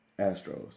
Astros